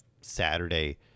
Saturday